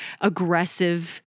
aggressive